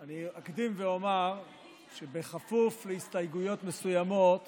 אני אקדים ואומר שבכפוף להסתייגויות מסוימות